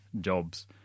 jobs